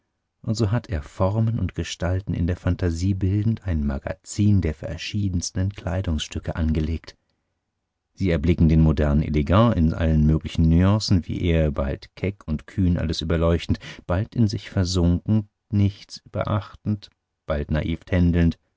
und so hat er formen und gestalten in der phantasie bildend ein magazin der verschiedensten kleidungsstücke angelegt sie erblicken den modernen elegant in allen möglichen nuancen wie er bald keck und kühn alles überleuchtend bald in sich versunken nichts beachtend bald naiv tändelnd